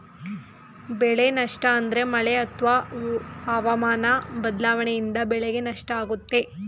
ಬೆಳೆ ನಷ್ಟ ಅಂದ್ರೆ ಮಳೆ ಅತ್ವ ಹವಾಮನ ಬದ್ಲಾವಣೆಯಿಂದ ಬೆಳೆಗೆ ನಷ್ಟ ಆಗುತ್ತೆ